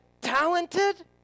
talented